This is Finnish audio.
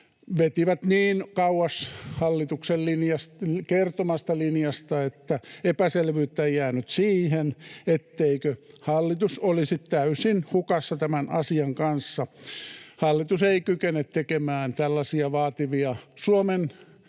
vetivät niin kauas hallituksen kertomasta linjasta, että epäselvyyttä ei jäänyt siihen, etteikö hallitus olisi täysin hukassa tämän asian kanssa. Hallitus ei kykene tekemään tällaisia vaativia, Suomen kansallisen